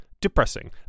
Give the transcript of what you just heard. depressing